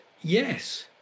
Yes